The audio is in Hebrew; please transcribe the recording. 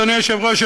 אדוני היושב-ראש,